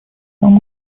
сам